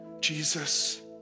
Jesus